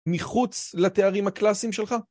מחוץ לתארים הקלאסיים שלך?